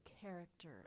character